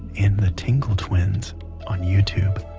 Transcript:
and the tingle twins on youtube.